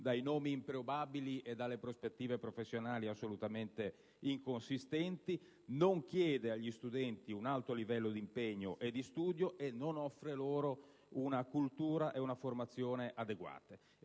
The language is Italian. dai nomi improbabili e dalle prospettive professionali assolutamente inconsistenti; non chiede agli studenti un alto livello di impegno e di studio e non offre loro una cultura e una formazione adeguate;